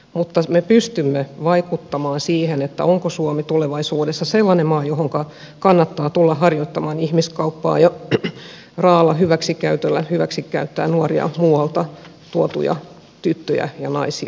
mutta me pystymme vaikuttamaan siihen onko suomi tulevaisuudessa sellainen maa johon kannattaa tulla harjoittamaan ihmiskauppaa ja raaalla hyväksikäytöllä hyväksikäyttää nuoria muualta tuotuja tyttöjä ja naisia